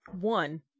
One